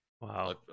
Wow